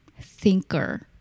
thinker